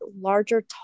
larger